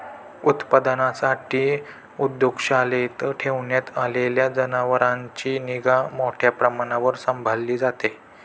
दुग्धोत्पादनासाठी दुग्धशाळेत ठेवण्यात आलेल्या जनावरांची निगा मोठ्या प्रमाणावर सांभाळली जाते